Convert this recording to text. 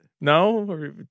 no